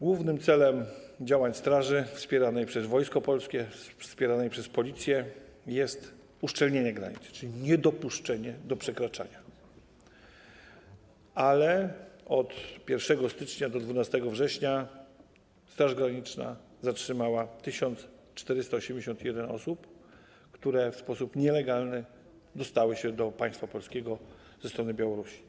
Głównym celem działań straży wspieranej przez Wojsko Polskie, wspieranej przez Policję jest uszczelnienie granicy, czyli niedopuszczenie do przekraczania, ale od 1 stycznia do 12 września Straż Graniczna zatrzymała 1481 osób, które w sposób nielegalny dostały się do państwa polskiego ze strony Białorusi.